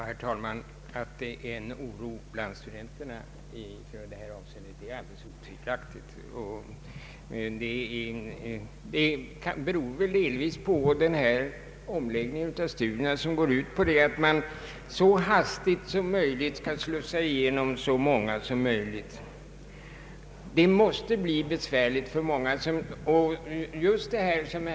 Herr talman! Att det råder oro bland studenterna i detta avseende är alldeles otvivelaktigt. Det beror väl delvis på den omläggning av studierna som går ut på att man så snabbt som möjligt skall slussa igenom så många som möjligt. Det måste bli besvärligt för många av de studerande.